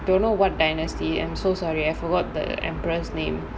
don't know what dynasty I'm so sorry I forgot the emperor's name